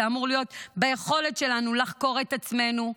זה אמור להיות ביכולת שלנו לחקור את עצמנו,